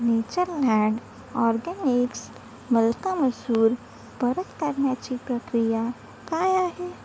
Natureland organics मलका मसूर परत करण्याची प्रक्रिया काय आहे